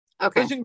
Okay